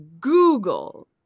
Google